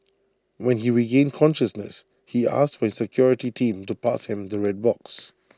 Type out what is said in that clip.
when he regained consciousness he asked for his security team to pass him the red box